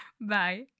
Bye